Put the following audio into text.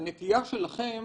אני מתעכב